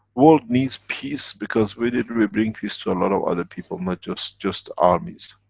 world needs peace, because with it we bring peace to a lot of other people, not just. just armies.